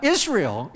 Israel